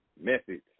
methods